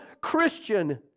Christian